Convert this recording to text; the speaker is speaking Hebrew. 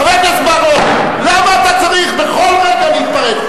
חבר הכנסת בר-און, למה אתה צריך בכל רגע להתפרץ?